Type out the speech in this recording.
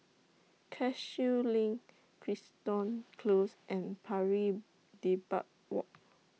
Cashew LINK Crichton Close and Pari Dedap Walk